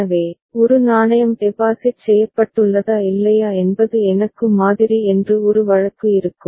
எனவே ஒரு நாணயம் டெபாசிட் செய்யப்பட்டுள்ளதா இல்லையா என்பது எனக்கு மாதிரி என்று ஒரு வழக்கு இருக்கும்